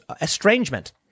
estrangement